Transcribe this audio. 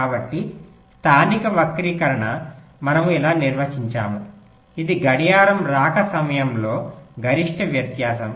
కాబట్టి స్థానిక వక్రీకరణ మనము ఇలా నిర్వచించాము ఇది గడియారం రాక సమయంలో గరిష్ట వ్యత్యాసం